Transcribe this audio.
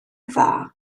dda